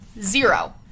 zero